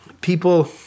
people